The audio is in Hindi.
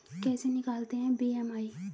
कैसे निकालते हैं बी.एम.आई?